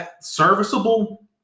Serviceable